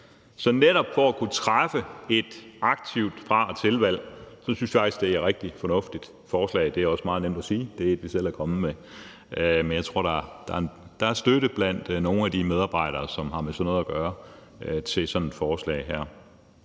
Så netop for at kunne træffe et aktivt fra- og tilvalg synes vi faktisk det er et rigtig fornuftigt forslag. Det er også meget nemt at sige, for det er et, vi selv er kommet med. Men jeg tror, at der er støtte til sådan et forslag her blandt nogle af de medarbejdere, som har med sådan noget at gøre. Så vi synes